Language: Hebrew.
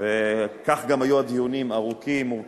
וכך גם היו הדיונים, ארוכים, מורכבים,